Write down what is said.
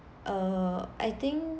err I think